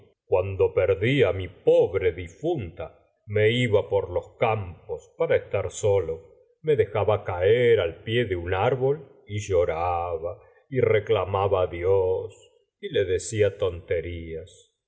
cuando perdí mi pobre difunta me iba por los campos para estar solo me dejaba caer al pie de un árbol y lloraba y reclamaba á dios y le decía tonterías